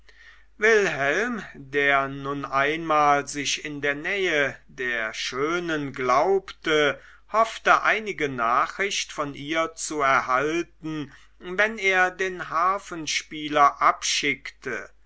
wilhelm der nun einmal sich in der nähe der schönen glaubte hoffte einige nachricht von ihr zu erhalten wenn er den harfenspieler abschickte